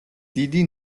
დიდი